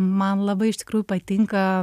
man labai iš tikrųjų patinka